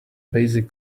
basic